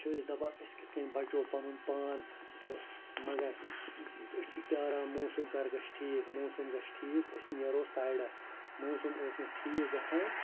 چھِ أسۍ دَپان أسۍ کِتھ کٔنۍ بَچو پَنُن پان تہٕ مگر أسۍ چھِ پیاران موسم کَر گَژھِ ٹھیٖک موسم گَژھِ ٹھیٖک أسۍ نیرو سایِڈَس موسم اوس نہٕ ٹھیٖک گَژھان